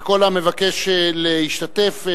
וכל המבקש להשתתף,